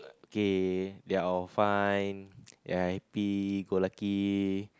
okay they're all fine they're happy-go-lucky